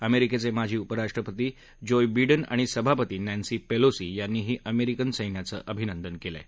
अमेरिकेचे माजी उपराष्ट्रपती जोय बिडन आणि सभापती नॅन्सी पेलोसी यांनीही अमेरिकन सस्विाचं अभिनंदन केलं आहे